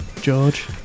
George